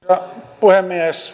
arvoisa puhemies